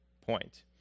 point